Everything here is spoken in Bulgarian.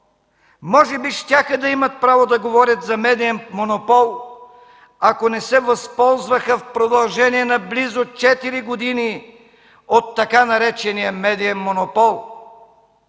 Може би щяха да имат право да говорят за медиен монопол, ако не се възползваха в продължение на близо четири години от така наречения медиен монопол,